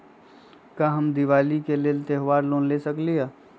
का हम दीपावली के लेल त्योहारी लोन ले सकई?